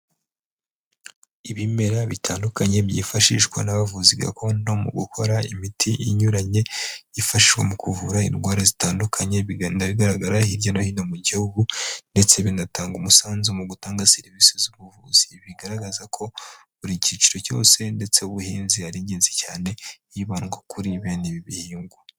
Ibimera bitandukanye byifashishwa n'abavuzi gakondo mu gukora imiti inyuranye, ifasha mu kuvura indwara zitandukanye, bigenda bigaragara hirya no hino mu gihugu, ndetse binatanga umusanzu mu gutanga serivisi z'ubuvuzi, bigaragaza ko buri cyiciro cyose ndetse ubuhinzi ari ingenzi cyane, hibandwa kuri bene ibi bihingwa.